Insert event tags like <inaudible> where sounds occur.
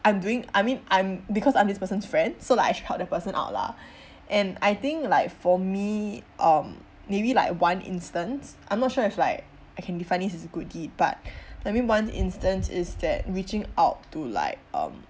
I'm doing I mean I'm because I'm this person's friend so like I should help that person out lah <breath> and I think like for me um maybe like one instance I'm not sure if like I can define this as good deed but <breath> I mean one instance is that reaching out to like um